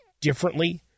differently